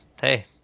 hey